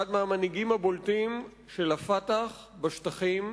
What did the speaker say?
אחד מהמנהיגים הבולטים של ה"פתח" בשטחים,